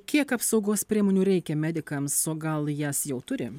kiek apsaugos priemonių reikia medikams o gal jas jau turi